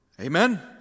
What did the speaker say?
Amen